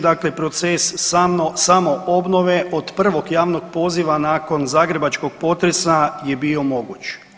Dakle, proces samoobnove od prvog javnog poziva nakon zagrebačkog potresa je bio moguć.